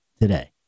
today